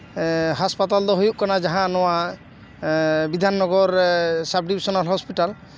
ᱦᱟᱥᱯᱟᱛᱟᱞ ᱫᱚ ᱦᱩᱭᱩᱜ ᱠᱟᱱᱟ ᱡᱟᱦᱟᱸ ᱱᱚᱣᱟ Bidhan Nagar sub divisional hospital